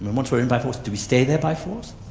and once we're in by force, do we stay there by force?